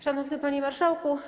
Szanowny Panie Marszałku!